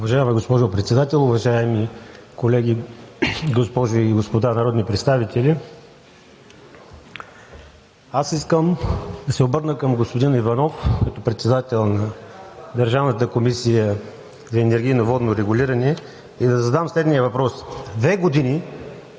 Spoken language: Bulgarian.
Уважаема госпожо Председател, уважаеми колеги, госпожи и господа народни представители! Аз искам да се обърна към господин Иванов като председател на Комисията за енергийно и водно регулиране и да задам следния въпрос: две години